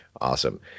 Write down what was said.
Awesome